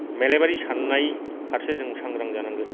मेलेमारि सान्नाय फारसे जों सांग्रां जानांगोन